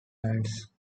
lions